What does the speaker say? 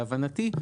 להבנתי,